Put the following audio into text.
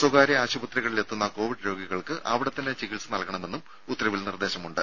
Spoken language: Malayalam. സ്വകാര്യ ആശുപത്രികളിലെത്തുന്ന കോവിഡ് രോഗികൾക്ക് അവിടെത്തന്നെ ചികിത്സ നൽകണമെന്നും ഉത്തരവിൽ നിർദ്ദേശമുണ്ട്